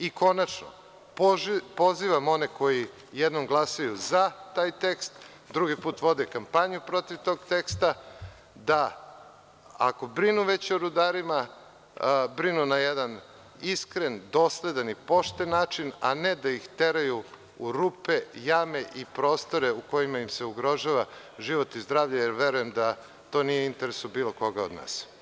I konačno – pozivam one koji jednom glasaju „za“ taj tekst, drugi put vode kampanju protiv tog teksta, da ako već brinu o rudarima, brinu na jedan iskren, dosledan i pošten način, a ne da ih teraju u rupe, jame i prostore u kojima im se ugrožava život i zdravlje, jer verujem da to nije u interesu bilo koga od nas.